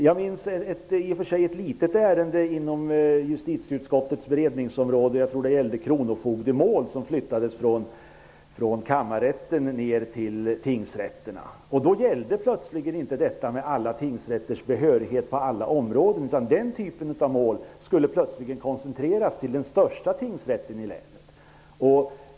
Jag minns ett litet ärende inom justitieutskottets beredningsområde som gällde kronofogdemål, som flyttades från kammarrätten ner till tingsrätterna. Då gällde plötsligt inte detta med alla tingsrätters behörighet på alla områden. Den typen av mål skulle koncentreras till den största tingsrätten i länet.